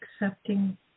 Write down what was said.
accepting